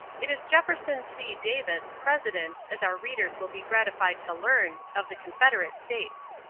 it is jefferson c. davis, president, as our readers will be gratified to learn, of the confederate states.